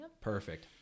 Perfect